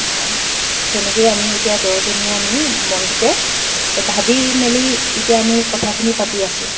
তেনেকৈয়ে আমি এতিয়া দহজনীয়ে আমি মনটোতে ভাবি মেলি এতিয়া আমি কথাখিনি পাতি আছো